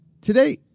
today